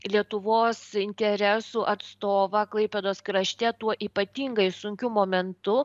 lietuvos interesų atstovą klaipėdos krašte tuo ypatingai sunkiu momentu